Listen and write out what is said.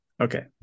Okay